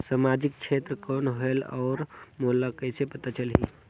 समाजिक क्षेत्र कौन होएल? और मोला कइसे पता चलही?